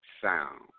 sound